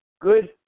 good